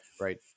Right